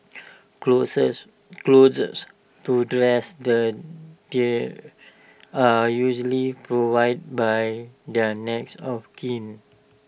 clothes clothes to dress the dear are usually provided by their next of kin